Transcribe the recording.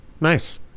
nice